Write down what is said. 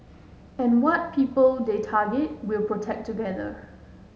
and what people they target we'll protect together